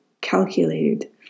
calculated